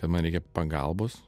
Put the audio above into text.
kad man reikia pagalbos